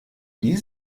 die